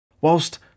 whilst